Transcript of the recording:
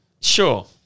Sure